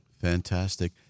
Fantastic